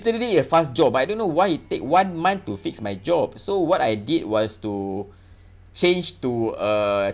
literally a fast job I don't know why it take one month to fix my job so what I did was to change to a